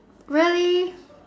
really